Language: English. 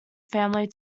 family